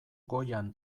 goian